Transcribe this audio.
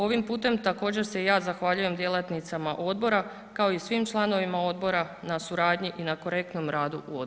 Ovim putem također se ja zahvaljujem djelatnicama odbora kao i svim članovima odbora na suradnji i na korektnom radu u odboru.